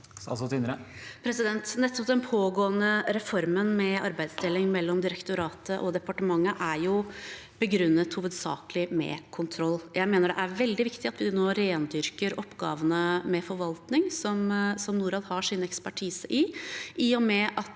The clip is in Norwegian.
Den pågående reformen med arbeidsdeling mellom direktoratet og departementet er begrunnet hovedsakelig med kontroll. Jeg mener det er veldig viktig at vi nå rendyrker oppgavene med forvaltning, som Norad har sin ekspertise i, i og med at